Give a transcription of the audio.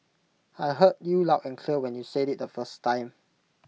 I heard you loud and clear when you said IT the first time